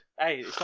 Hey